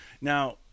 Now